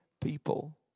people